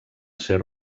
ser